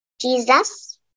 Jesus